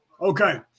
Okay